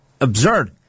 absurd